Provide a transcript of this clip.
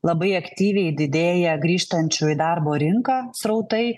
labai aktyviai didėja grįžtančių į darbo rinką srautai